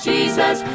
Jesus